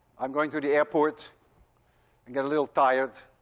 i'm going to the airport and get a little tired